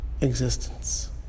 existence